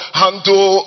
handle